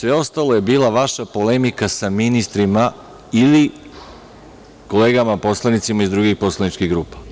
Sve ostalo je bila vaša polemika sa ministrima ili kolegama poslanicima iz drugih poslaničkih grupa.